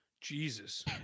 Jesus